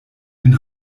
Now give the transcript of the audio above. den